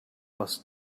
was